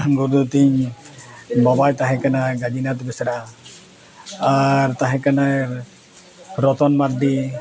ᱜᱩᱨᱩᱫᱮᱵᱽ ᱛᱤᱧ ᱵᱟᱵᱟᱭ ᱛᱟᱦᱮᱸ ᱠᱟᱱᱟᱭ ᱜᱟᱡᱤᱱᱟᱛᱷ ᱵᱮᱥᱨᱟ ᱟᱨ ᱛᱟᱦᱮᱸ ᱠᱟᱱᱟᱭ ᱨᱚᱛᱚᱱ ᱢᱟᱨᱰᱤ